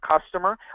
customer